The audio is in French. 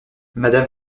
madame